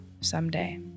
someday